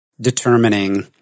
determining